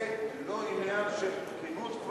זה לא עניין של תקינות,